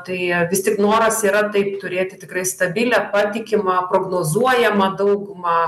tai vis tik noras yra taip turėti tikrai stabilią patikimą prognozuojamą daugumą